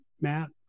Matt